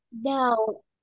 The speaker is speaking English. No